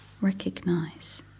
recognize